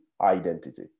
identity